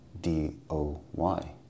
D-O-Y